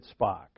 Spock